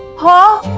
hall.